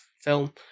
film